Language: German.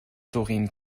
doreen